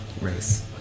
race